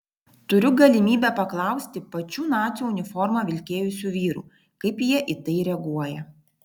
turiu galimybę paklausti pačių nacių uniformą vilkėjusių vyrų kaip jie į tai reaguoja